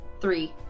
Three